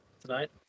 Tonight